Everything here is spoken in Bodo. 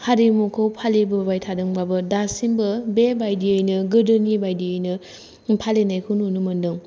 हारिमुखौ फालिबोबाय थादोंबाबो दासिमबो बेबायदियैनो गोदोनि बायदियैनो फालिनायखौ नुनो मोनदों